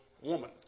woman